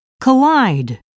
collide